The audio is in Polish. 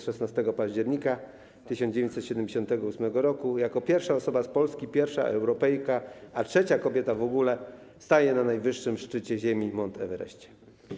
16 października 1978 r. jako pierwsza osoba z Polski, pierwsza Europejka, a trzecia kobieta w ogóle staje na najwyższym szczycie ziemi - Mount Everest.